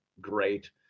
great